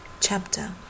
chapter